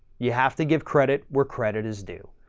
you have to give credit where credit is due.